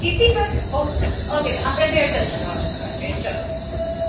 kitty party okay okay તો આપડે બેતલ સરોવર ફરવા જઇયે ચલો